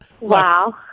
Wow